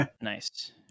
Nice